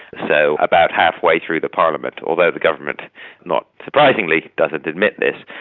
so about half way through the parliament, although the government not surprisingly doesn't admit this,